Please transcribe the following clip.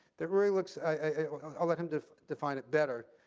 that really looks i'll let him define define it better,